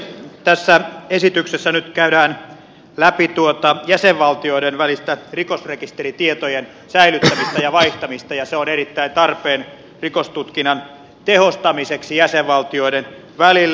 tässä esityksessä nyt käydään läpi tuota jäsenvaltioiden välistä rikosrekisteritietojen säilyttämistä ja vaihtamista ja se on erittäin tarpeen rikostutkinnan tehostamiseksi jäsenvaltioiden välillä